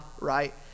right